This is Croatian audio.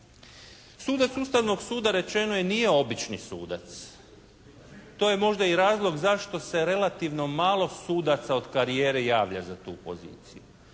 Sudac Ustavnog suda rečeno je i nije obični sudac. To je možda i razlog zašto se relativno malo sudaca od karijere i javlja za tu poziciju.